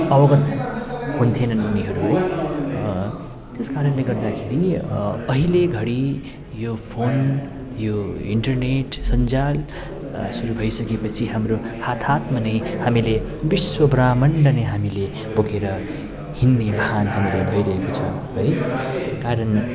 अवगत हुन्थेनन् उनीहरू है त्यसकारणले गर्दाखेरि अहिलेघडी यो फोन यो इन्टरनेट सञ्जाल सुरु भइसकेपछि हाम्रो हात हातमा नै हामीले विश्व ब्रम्हाण्ड नै हामीले बोकेर हिँड्ने भान हामीलाई भइरहेको छ है कारण